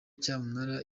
cyamunara